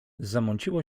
zamąciło